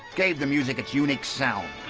gave the music its unique sound.